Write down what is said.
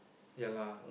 ya lah